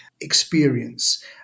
experience